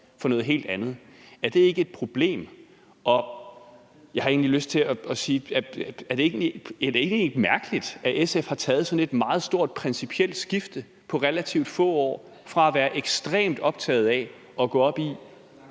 for noget helt andet. Er det ikke et problem? Jeg har egentlig lyst til at spørge, om ikke det er helt mærkeligt, at SF har taget sådan et stort principielt skifte på relativt få år. Fra at være ekstremt optaget af at gå op i,